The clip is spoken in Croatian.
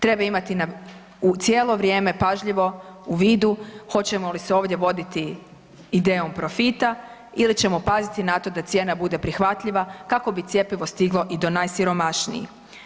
Treba imati cijelo vrijeme pažljivo u vidu hoćemo li se ovdje voditi idejom profita ili ćemo paziti na to da cijena bude prihvatljiva kako bi cjepivo stiglo i do najsiromašnijih.